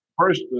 first